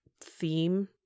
theme